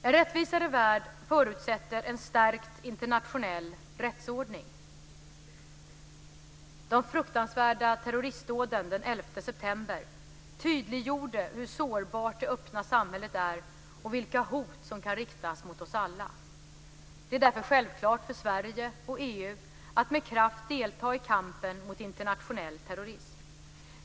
En rättvisare värld förutsätter en stärkt internationell rättsordning. De fruktansvärda terroristdåden den 11 september tydliggjorde hur sårbart det öppna samhället är och vilka hot som kan riktas mot oss alla. Det är därför självklart för Sverige och EU att med kraft delta i kampen mot internationell terrorism.